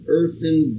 earthen